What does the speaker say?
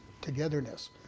togetherness